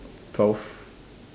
twelve